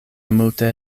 multe